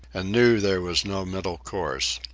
and knew there was no middle course.